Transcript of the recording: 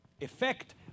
effect